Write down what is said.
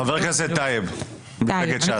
חבר הכנסת טייב ממפלגת ש"ס.